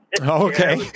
Okay